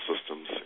Systems